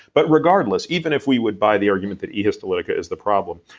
but regardless, even if we would buy the argument that e histolytica is the problem,